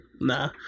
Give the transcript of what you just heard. nah